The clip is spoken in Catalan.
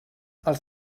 els